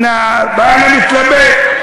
אני מתלבט.